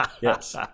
Yes